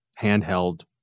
handheld